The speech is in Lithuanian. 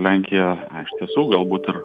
lenkija iš tiesų galbūt ir